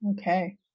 Okay